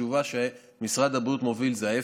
התשובה שמשרד הבריאות מוביל זה ההפך,